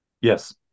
Yes